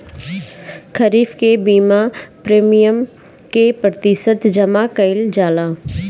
खरीफ के बीमा प्रमिएम क प्रतिशत जमा कयील जाला?